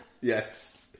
Yes